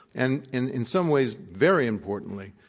and in in some ways very importantly,